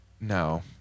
No